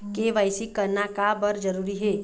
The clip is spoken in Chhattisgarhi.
के.वाई.सी करना का बर जरूरी हे?